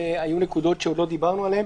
היו נקודות שעוד לא דיברנו עליהן